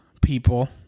people